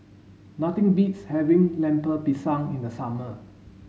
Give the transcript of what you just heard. nothing beats having Lemper Pisang in the summer